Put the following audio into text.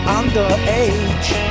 underage